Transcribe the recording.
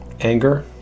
anger